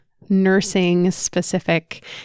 nursing-specific